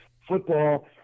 football